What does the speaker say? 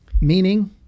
meaning